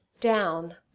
Down